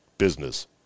Business